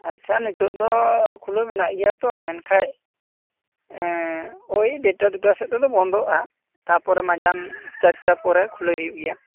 ᱟᱪᱪᱷᱟ ᱱᱤᱛᱳᱜ ᱫᱚ ᱠᱷᱩᱞᱟ ᱢᱮᱱᱟᱜ ᱜᱮᱭᱟ ᱛᱚ ᱢᱮᱱᱠᱷᱟᱱ ᱮᱸᱻ ᱳᱭ ᱰᱮᱰᱴᱟ ᱫᱩᱴᱟ ᱥᱮᱫ ᱛᱮᱫᱚ ᱵᱚᱱᱫᱚᱜ ᱟ ᱛᱟᱨᱯᱚᱨᱮ ᱢᱟᱡᱟᱱ ᱪᱟᱨᱴᱟ ᱯᱚᱨᱮ ᱠᱷᱩᱞᱟ ᱣ ᱦᱩᱭᱩᱜ ᱜᱮᱭᱟ